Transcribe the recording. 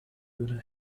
laguna